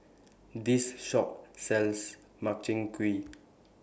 This Shop sells Makchang Gui